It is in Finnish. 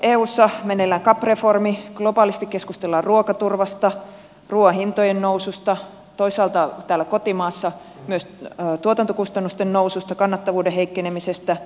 eussa on meneillään cap reformi globaalisti keskustellaan ruokaturvasta ruuan hintojen noususta toisaalta täällä kotimaassa myös tuotantokustannusten noususta kannattavuuden heikkenemisestä